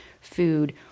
food